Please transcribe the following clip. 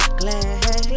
glad